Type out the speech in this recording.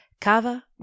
Cava